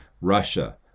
Russia